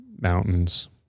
mountains